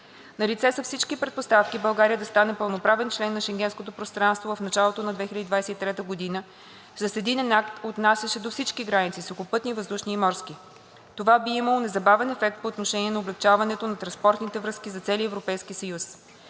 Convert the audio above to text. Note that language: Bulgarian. Налице са всички предпоставки България да стане пълноправен член на Шенгенското пространство в началото на 2023 г. с единен акт, отнасящ се до всички граници – сухопътни, въздушни и морски. Това би имало незабавен ефект по отношение на облекчаването на транспортните връзки за целия Европейски съюз.